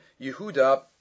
Yehuda